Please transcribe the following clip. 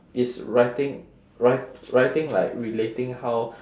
it's writing writ~ writing like relating how